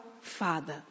Father